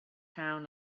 town